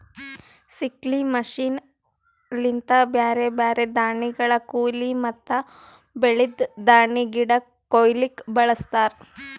sickle machine ಲಿಂತ ಬ್ಯಾರೆ ಬ್ಯಾರೆ ದಾಣಿಗಳ ಕೋಯ್ಲಿ ಮತ್ತ ಬೆಳ್ದಿದ್ ದಾಣಿಗಿಡ ಕೊಯ್ಲುಕ್ ಬಳಸ್ತಾರ್